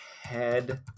head